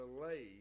delayed